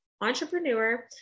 entrepreneur